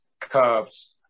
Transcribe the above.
Cubs